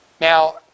Now